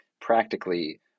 practically